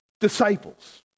disciples